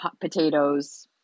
potatoes